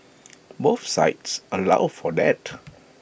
both sites allow for that